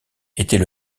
était